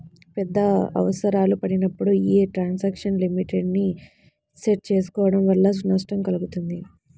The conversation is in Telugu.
పెద్ద అవసరాలు పడినప్పుడు యీ ట్రాన్సాక్షన్ లిమిట్ ని సెట్ చేసుకోడం వల్ల నష్టం కల్గుతుంది